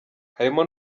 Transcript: harimo